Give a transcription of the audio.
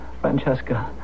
Francesca